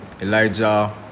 Elijah